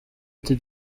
ati